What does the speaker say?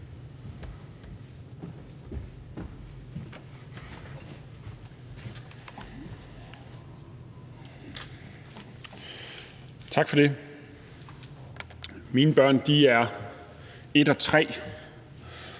Tak for det. Mine børn er 1 og 3